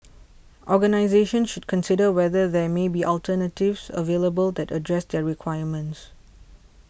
organisations should consider whether there may be alternatives available that address their requirements